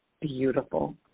Beautiful